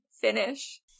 finish